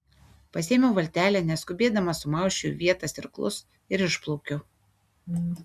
pasiėmiau valtelę neskubėdama sumausčiau į vietas irklus ir išplaukiau